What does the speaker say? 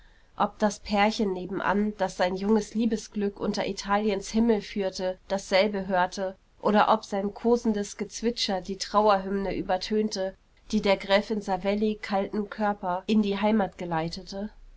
ob das pärchen nebenan das sein junges liebesglück unter italiens himmel führte dasselbe hörte oder ob sein kosendes gezwitscher die trauerhymne übertönte die der gräfin savelli kalten körper in die heimat geleitete